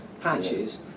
patches